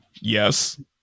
Yes